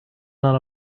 not